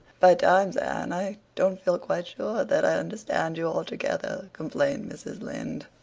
by times, anne, i don't feel quite sure that i understand you altogether, complained mrs. lynde.